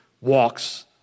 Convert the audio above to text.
walks